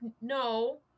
no